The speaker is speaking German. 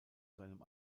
seinem